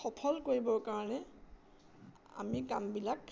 সফল কৰিবৰ কাৰণে আমি কামবিলাক